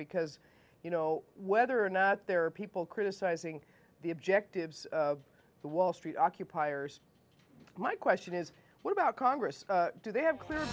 because you know whether or not there are people criticizing the objectives of the wall street occupiers my question is what about congress do they have clear